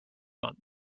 month